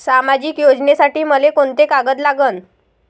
सामाजिक योजनेसाठी मले कोंते कागद लागन?